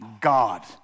God